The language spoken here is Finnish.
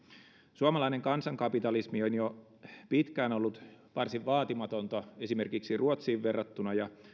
suomalainen kansankapitalismi on jo pitkään ollut varsin vaatimatonta esimerkiksi ruotsiin verrattuna ja